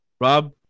Rob